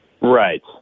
Right